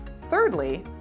Thirdly